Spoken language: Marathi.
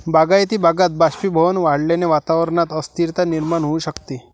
बागायती भागात बाष्पीभवन वाढल्याने वातावरणात अस्थिरता निर्माण होऊ शकते